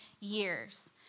years